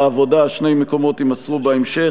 העבודה: שני מקומות, יימסרו בהמשך.